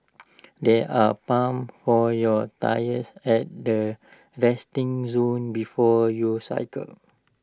there are pumps for your tyres at the resting zone before your cycle